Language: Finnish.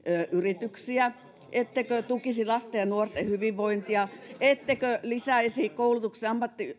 yrityksiä ettekö tukisi lasten ja nuorten hyvinvointia ettekö lisäisi koulutuksen